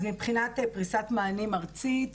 מבחינת פריסת מענים ארצית,